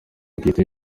bwite